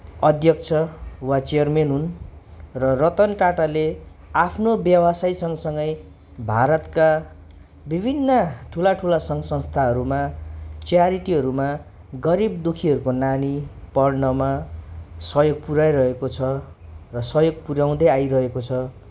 अध्यक्ष वा चेयरमेन हुन् र रतन टाटाले आफ्नो व्यवसाय सँग सँगै भारतका विभिन्न ठुला ठुला सङ्घ संस्थाहरूमा च्यारिटीहरूमा गरिब दुखीहरूको नानी पढ्नमा सहयोग पुऱ्याइरहेको छ र सहयोग पुऱ्याउँदै आइरहेको छ